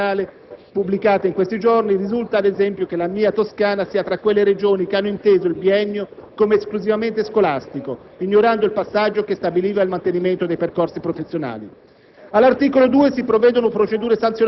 Da una indagine sui centri di formazione professionale (pubblicata in questi giorni) risulta - ad esempio - che la mia Toscana sia tra quelle Regioni che hanno inteso il biennio come esclusivamente scolastico, ignorando il passaggio che stabiliva il mantenimento dei percorsi professionali.